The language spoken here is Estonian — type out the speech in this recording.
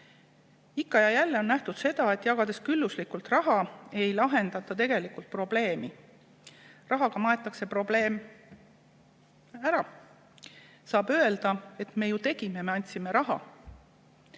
Ikka ja jälle on nähtud seda, et jagades külluslikult raha, ei lahendata tegelikult probleemi. Rahaga maetakse probleem ära. Saab öelda, et me tegime, me andsime raha,